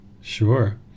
Sure